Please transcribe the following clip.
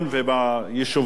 חיברו אותם לחשמל.